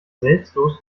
selbstlos